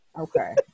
Okay